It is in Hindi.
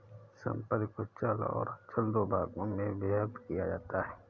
संपत्ति को चल और अचल दो भागों में विभक्त किया जाता है